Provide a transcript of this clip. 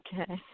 Okay